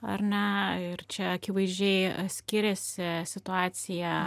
ar ne ir čia akivaizdžiai skiriasi situacija